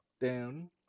down